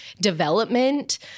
development